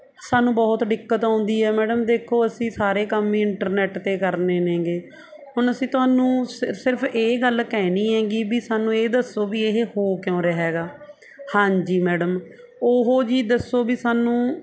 ਸਾਨੂੰ ਬਹੁਤ ਦਿੱਕਤ ਆਉਂਦੀ ਹੈ ਮੈਡਮ ਦੇਖੋ ਅਸੀਂ ਸਾਰੇ ਕੰਮ ਹੀ ਇੰਟਰਨੈਟ 'ਤੇ ਕਰਨੇ ਨੇਗੇ ਹੁਣ ਅਸੀਂ ਤੁਹਾਨੂੰ ਸਿਰਫ ਸਿਰਫ ਇਹ ਗੱਲ ਕਹਿਣੀ ਹੈਗੀ ਵੀ ਸਾਨੂੰ ਇਹ ਦੱਸੋ ਵੀ ਇਹ ਹੋ ਕਿਉਂ ਰਿਹਾ ਹੈਗਾ ਹਾਂਜੀ ਮੈਡਮ ਉਹ ਜੀ ਦੱਸੋ ਵੀ ਸਾਨੂੰ